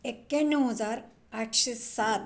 एक्याण्णव हजार आठशे सात